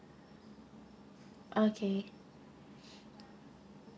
okay